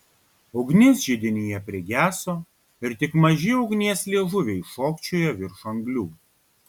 ugnis židinyje prigeso ir tik maži ugnies liežuviai šokčiojo virš anglių